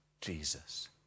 Jesus